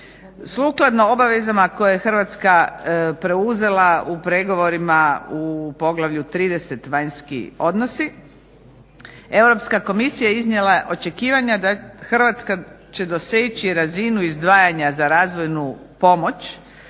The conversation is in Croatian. Sukladno obavezama koje je Hrvatska preuzela u pregovorima u Poglavlju 30. – vanjski odnosi, Europska komisija iznijela je očekivanja da Hrvatska će doseći razinu izdvajanja za razvojnu pomoć